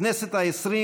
חבר הכנסת מוסי רז,